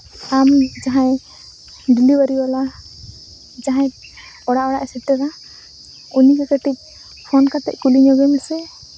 ᱟᱢ ᱡᱟᱦᱟᱸᱭ ᱰᱮᱞᱤᱵᱷᱟᱹᱨᱤᱣᱟᱞᱟ ᱡᱟᱦᱟᱸᱭ ᱚᱲᱟᱜᱼᱚᱲᱟᱜᱼᱮᱭ ᱥᱮᱴᱮᱨᱟ ᱩᱱᱤ ᱜᱮ ᱠᱟᱹᱴᱤᱡ ᱯᱷᱳᱱ ᱠᱟᱛᱮ ᱠᱩᱞᱤᱭᱮᱵᱮᱱ ᱥᱮ